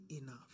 enough